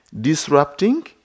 disrupting